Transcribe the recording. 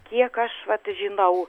kiek aš vat žinau